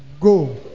Go